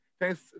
Thanks